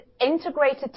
integrated